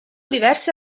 diversi